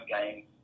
game